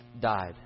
died